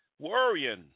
worrying